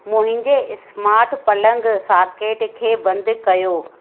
मुंहिंजे smart plug socket खे बंदि कयो